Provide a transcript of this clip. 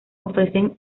ofrecen